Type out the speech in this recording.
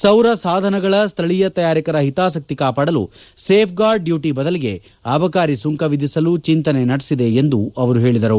ಸೌರ ಸಾಧನಗಳ ಸ್ವಳೀಯ ತಯಾರಕರ ಹಿತಾಸಕ್ತಿ ಕಾಪಾಡಲು ಸೇಫ್ಗಾರ್ಡ್ ಡ್ಲೂಟ ಬದಲಿಗೆ ಅಬಕಾರಿ ಸುಂಕ ವಿಧಿಸಲು ಚಿಂತನೆ ನಡೆದಿದೆ ಎಂದು ಹೇಳಿದರು